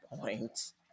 points